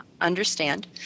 understand